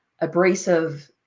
abrasive